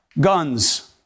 Guns